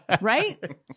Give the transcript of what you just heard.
Right